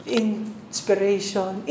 inspiration